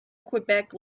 quebec